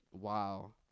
Wow